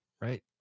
right